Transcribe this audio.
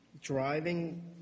driving